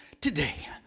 today